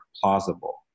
plausible